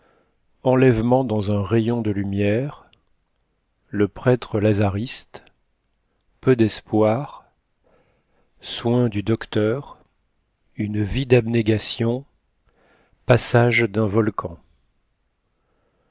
enlèvement dans un rayon de lumière le prêtre lazariste peu d'espoir soins du docteur une vie d'abnégation passage d'un volcan